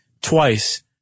twice